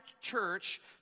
church